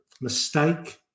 mistake